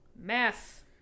Math